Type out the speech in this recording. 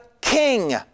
king